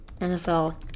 NFL